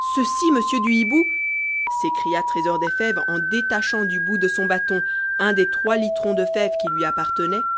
ceci monsieur du hibou s'écria trésor des fèves en détachant du bout de son bâton un des trois litrons de fèves qui lui appartenaient